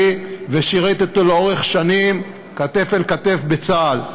ושירת אתו לאורך שנים כתף אל כתף בצה"ל.